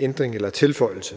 ændring eller tilføjelse.